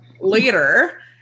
later